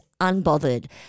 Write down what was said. unbothered